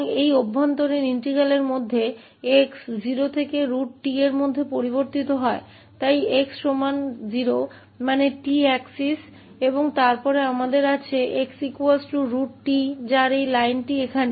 तो इस आंतरिक समाकल में x 0 से √𝑡 तक भिन्न हो रहा है इसलिए x 0 के बराबर है अर्थात t अक्ष और फिर हमारे पास 𝑥 √𝑡 है जिससे यह रेखा यहाँ है